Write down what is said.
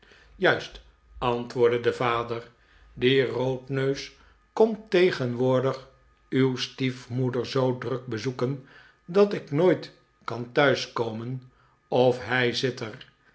juist antwoordde de vader die roodneus komt tegenwoordig uw stiefmoeder zoo druk bezoeken dat ik nooit kan thuiskomen of hij zit er